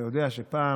אתה יודע שפעם,